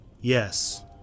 Yes